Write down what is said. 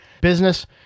business